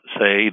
say